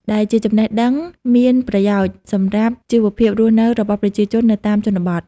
ដែលជាចំណេះដឹងមានប្រយោជន៍សម្រាប់ជីវភាពរស់នៅរបស់ប្រជាជននៅតាមជនបទ។